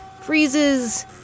freezes